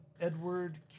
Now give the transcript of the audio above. Edward